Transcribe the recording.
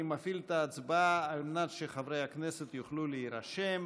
אני מפעיל את ההצבעה כדי שחברי הכנסת יוכלו להירשם.